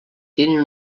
tenen